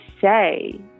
say